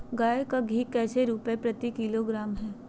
गाय का घी कैसे रुपए प्रति किलोग्राम है?